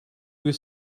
was